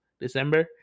December